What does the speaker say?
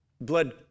blood